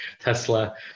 Tesla